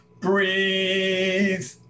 breathe